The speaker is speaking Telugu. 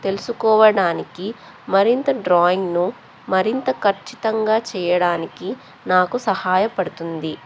తెలుసుకోవడానికి మరింత డ్రాయింగ్ను మరింత ఖచ్చితంగా చేయడానికి నాకు సహాయపడుతుంది